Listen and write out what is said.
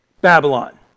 Babylon